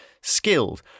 skilled